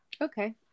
Okay